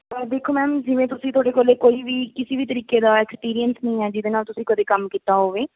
ਦੇਖੋ ਮੈਮ ਜਿਵੇਂ ਤੁਸੀਂ ਤੁਹਾਡੇ ਕੋਲ ਕੋਈ ਵੀ ਕਿਸੇ ਵੀ ਤਰੀਕੇ ਦਾ ਐਕਸਪੀਰੀਅੰਸ ਨਹੀਂ ਹੈ ਜਿਹਦੇ ਨਾਲ ਤੁਸੀਂ ਕਦੇ ਕੰਮ ਕੀਤਾ ਹੋਵੇ